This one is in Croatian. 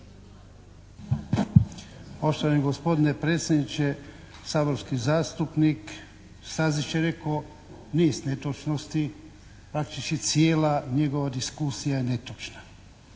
Poštovani gospodine predsjedniče, saborski zastupnik Stazić je rekao niz netočnosti, praktični cijela njegova diskusija je netočna,